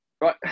Right